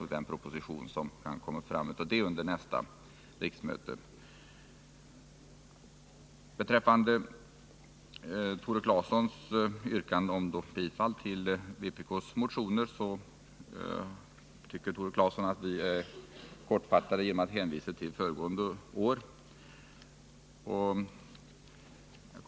Tore Claeson har yrkat bifall till vpk:s motion och tycker att vi är för kortfattade när vi i betänkandet bara hänvisar till skrivningar som gjorts under föregående år.